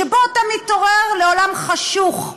שבו אתה מתעורר לעולם חשוך.